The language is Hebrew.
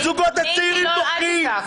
הזוגות הצעירים נופלים.